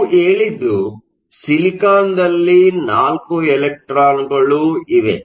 ನೀವು ಹೇಳಿದ್ದು ಸಿಲಿಕಾನ್ದಲ್ಲಿ 4 ಎಲೆಕ್ಟ್ರಾನ್ಗಳು ಇವೆ